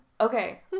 Okay